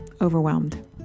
overwhelmed